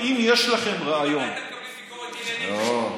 ממתי אתם מקבלים ביקורת עניינית, לא.